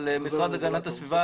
על המשרד להגנת הסביבה,